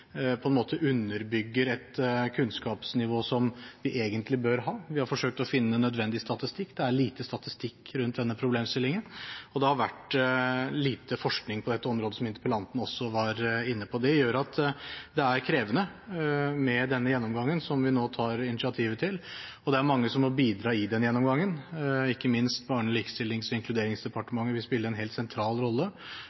på en måte underbygger et kunnskapsnivå som vi egentlig bør ha. Vi har forsøkt å finne nødvendig statistikk, men det er lite statistikk rundt denne problemstillingen, og det har vært lite forskning på dette området, som interpellanten også var inne på. Det gjør at det er krevende med denne gjennomgangen som vi nå tar initiativ til, og det er mange som må bidra i den gjennomgangen. Ikke minst vil Barne-, likestillings- og inkluderingsdepartementet spille en helt sentral rolle,